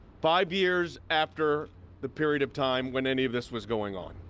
five years after the period of time when any of this was going on.